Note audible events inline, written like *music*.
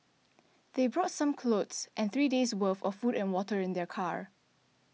*noise* they brought some clothes and three days' worth of food and water in their car